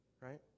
right